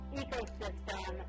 ecosystem